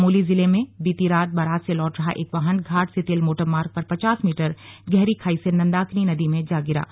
चमोली जिले में बीती रात बारात से लौट रहा एक वाहन घाट सितेल मोटरमार्ग पर पचास मीटर गहरी खाई से नंदाकिनी नदी में गिर गया